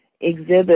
exhibit